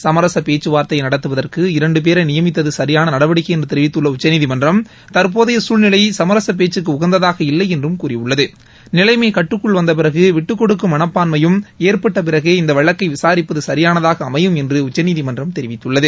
சமரச பேச்சுவார்த்தையை நடத்துவதற்கு இரண்டு பேரை நியமித்தது சியான நடவடிக்கை என்று தெிவித்துள்ள உச்சநீதிமன்றம் தற்போதைய சூழ்நிலை சமரச பேச்சுக்கு உகந்ததாக இல்லை என்றும் கூறியுள்ளது நிலைமை கட்டுக்குள் வந்த பிறகு விட்டுக்கொடுக்கும் மனப்பான்மையும் ஏற்பட்ட பிறகே இந்த வழக்கை விசாரிப்பது சரியானதாக அமையும் என்று உச்சநீதிமன்றம் தெரிவித்துள்ளது